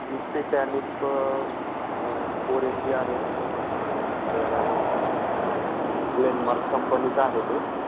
इ पी टॅन इ प फोर एम जी आहे त्या ग्लेनमारक कंपनीचां आहे ते